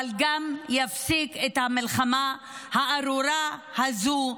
אבל שגם יפסיקו את המלחמה הארורה הזו,